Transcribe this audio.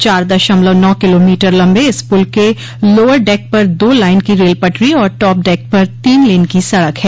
चार दशमलव नौ किलोमीटर लम्बे इस पुल के लोअर डेक पर दो लाइन की रेल पटरी और टॉप डेक पर तीन लेन की सड़क है